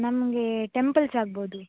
ನಮಗೆ ಟೆಂಪಲ್ಸ್ ಆಗ್ಬೋದು